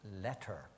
letter